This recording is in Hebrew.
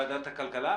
זה בוועדת הכלכלה?